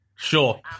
Sure